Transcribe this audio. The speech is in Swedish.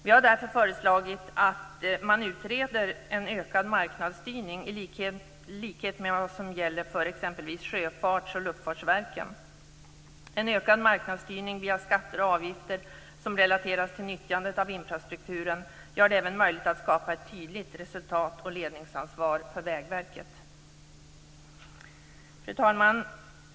Vi har därför föreslagit att man skall utreda en ökad marknadsstyrning, i likhet med vad som gäller för exempelvis Sjöfartsverket och Luftfartsverket. En ökad marknadsstyrning via skatter och avgifter som relateras till nyttjandet av infrastrukturen gör det även möjligt att skapa ett tydligt resultat och ledningsansvar för Vägverket.